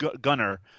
Gunner